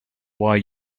why